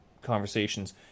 conversations